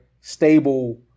stable